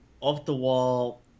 off-the-wall